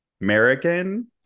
american